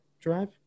drive